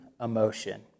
emotion